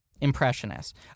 Impressionist